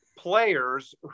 Players